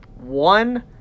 One